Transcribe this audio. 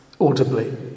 audibly